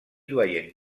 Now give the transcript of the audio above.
doyenné